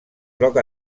groc